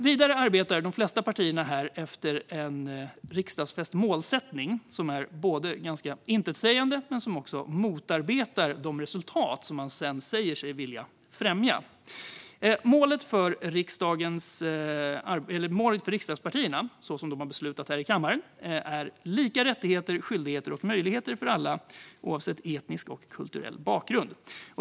Vidare arbetar de flesta partier här efter en riksdagsfäst målsättning som inte bara är ganska intetsägande utan också motarbetar de resultat man sedan säger sig vilja främja. Målet för riksdagspartierna, så som de har beslutat här i kammaren, är lika rättigheter, skyldigheter och möjligheter för alla oavsett etnisk och kulturell bakgrund.